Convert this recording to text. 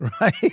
right